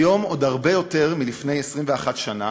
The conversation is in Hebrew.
היום, עוד הרבה יותר מלפני 21 שנה,